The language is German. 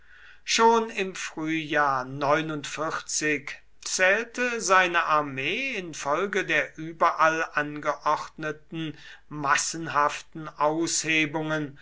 schon im frühjahr zählte seine armee infolge der überall angeordneten massenhaften